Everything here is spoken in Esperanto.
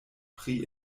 pri